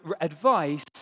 advice